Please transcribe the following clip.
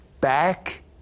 back